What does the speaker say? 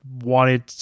wanted